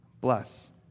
Bless